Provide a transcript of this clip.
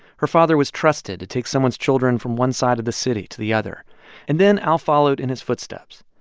her father was trusted to take someone's children from one side of the city to the other and then al followed in his footsteps.